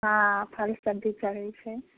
हँ फल सब्जी चढ़ैत छै